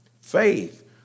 Faith